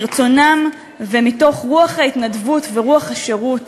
מרצונם ומתוך רוח ההתנדבות ורוח השירות